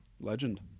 Legend